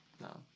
no